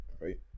right